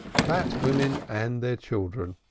fat women and their children,